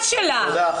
שלה.